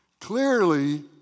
Clearly